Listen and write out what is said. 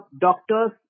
doctors